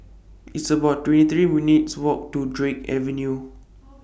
It's about twenty three minutes' Walk to Drake Avenue